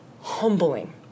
humbling